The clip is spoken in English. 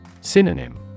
Synonym